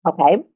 Okay